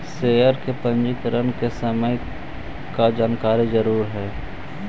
share के पंजीकरण के समय का का जानकारी जरूरी हई